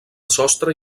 sostre